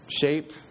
shape